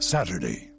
Saturday